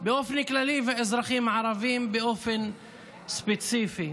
באופן כללי ואזרחים ערבים באופן ספציפי?